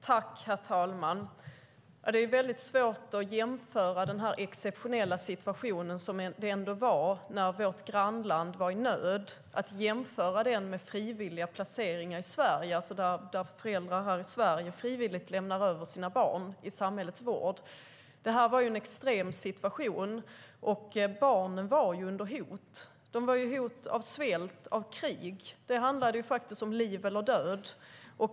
Herr talman! Det är väldigt svårt att jämföra den exceptionella situationen som det ändå var när vårt grannland var i nöd med frivilliga placeringar i Sverige där föräldrar här i Sverige frivilligt lämnar över sina barn i samhällets vård. Det här var en extrem situation, och barnen var under hot. De var under hot av svält och krig. Det handlade om liv eller död.